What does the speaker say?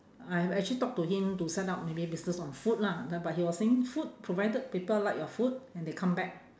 I have actually talked to him to set up maybe business on food lah but but he was saying food provided people like your food and they come back